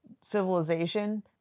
civilization